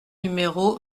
numéro